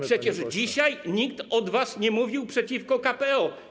Przecież dzisiaj nikt od was nie mówił nic przeciwko KPO.